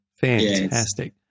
fantastic